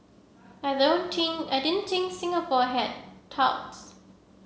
I don't think I didn't think Singapore had touts